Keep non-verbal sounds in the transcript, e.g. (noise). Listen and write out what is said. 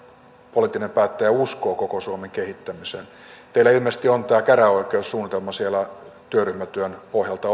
poliittinen päättäjä uskoo koko suomen kehittämiseen teillä ilmeisesti on tämä käräjäoikeussuunnitelma siellä työryhmätyön pohjalta (unintelligible)